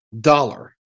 dollar